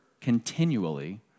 continually